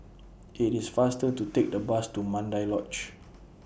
IT IS faster to Take The Bus to Mandai Lodge